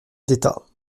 d’état